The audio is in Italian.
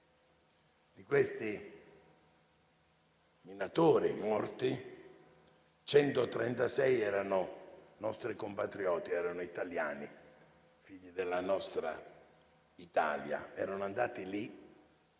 di quei minatori morti, 136 erano nostri compatrioti, erano italiani, figli della nostra Italia, andati lì